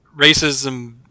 racism